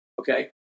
okay